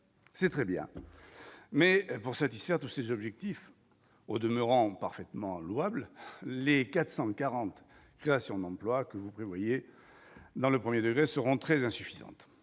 c'est très bien mais pour satisfaire tous ses objectifs au demeurant parfaitement louable, les 440 créations d'emplois que vous prévoyez dans le 1er degré seront très insuffisante,